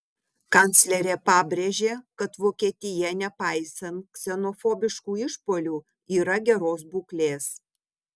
kanclerė pabrėžė kad vokietija nepaisant ksenofobiškų išpuolių yra geros būklės